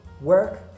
work